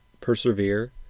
persevere